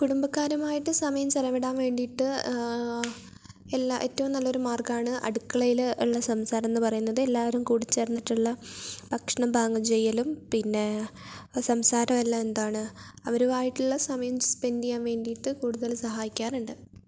കുടുംബക്കാരുമായിട്ട് സമയം ചെലവിടാൻ വേണ്ടിയിട്ട് എല്ലാ ഏറ്റവും നല്ലൊരു മാർഗ്ഗമാണ് അടുക്കളയിൽ ഉള്ള സംസാരം എന്നു പറയുന്നത് എല്ലാവരും കൂടിച്ചേർന്നിട്ടുള്ള ഭക്ഷണം പാകംചെയ്യലും പിന്നെ സംസാരമെല്ലാം എന്താണ് അവരുമായിട്ടുള്ള സമയം സ്പെൻറ് ചെയ്യാൻ വേണ്ടിയിട്ട് കൂടുതൽ സഹായിക്കാറുണ്ട്